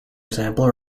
example